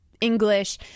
English